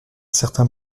certain